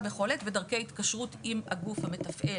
בכל עת ודרכי התקשרות עם הגוף המתפעל.